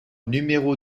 numéro